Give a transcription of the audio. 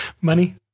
money